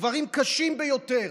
דברים קשים ביותר.